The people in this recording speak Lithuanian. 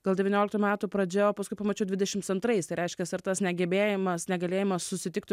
gal devynioliktų metų pradžia o paskui pamačiau dvidešims antrais tai reiškias rr tas negebėjimas negalėjimas susitikti